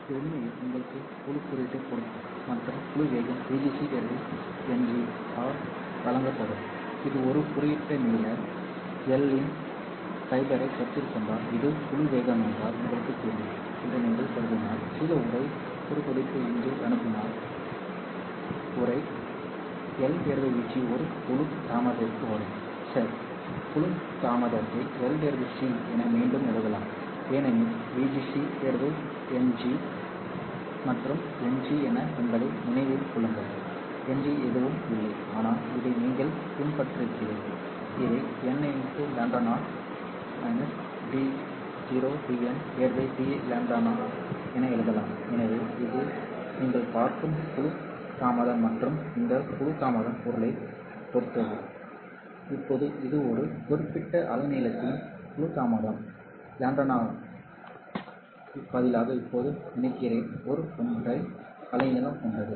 இது உண்மையில் உங்களுக்கு குழு குறியீட்டைக் கொடுக்கும் மற்றும் குழு வேகம் vg c Ng ஆல் வழங்கப்படும் இது ஒரு குறிப்பிட்ட நீளம் L இன் ஃபைபரைக் கருத்தில் கொண்டால் இது குழு வேகம் என்றால் உங்களுக்குத் தெரியும் என்று நீங்கள் கருதினால் சில உறை ஒரு துடிப்பு இங்கே அனுப்பினால் உறை L Vg ஒரு குழு தாமதத்திற்கு வரும் சரி குழு தாமதத்தை L C என மீண்டும் எழுதலாம் ஏனெனில் விஜி சி என்ஜி மற்றும் என்ஜி என்ன என்பதை நினைவில் கொள்ளுங்கள் என்ஜி எதுவும் இல்லை ஆனால் இதை நீங்கள் பின்பற்றுகிறீர்கள் இதை n λ 0 d0 dn dλ0 என எழுதலாம் எனவே இது நீங்கள் பார்க்கும் குழு தாமதம் மற்றும் இந்த குழு தாமதம் பொருளைப் பொறுத்தது இப்போது இது ஒரு குறிப்பிட்ட அலைநீளத்தின் குழு தாமதம் λ0 க்கு பதிலாக இப்போது நினைக்கிறேன் ஒரு ஒற்றை அலைநீளம் கொண்டது